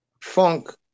funk